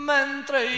mentre